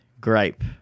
gripe